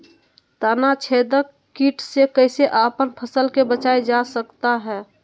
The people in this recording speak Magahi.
तनाछेदक किट से कैसे अपन फसल के बचाया जा सकता हैं?